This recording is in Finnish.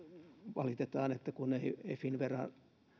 valitetaan että ei finnveran